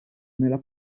nella